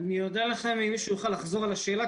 אודה לכם אם מישהו יוכל לחזור על השאלה,